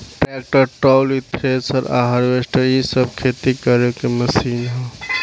tractor, trolley, thresher आ harvester इ सब खेती करे के मशीन ह